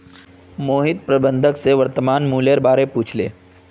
मोहित प्रबंधक स वर्तमान मूलयेर बा र पूछले